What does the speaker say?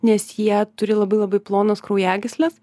nes jie turi labai labai plonas kraujagysles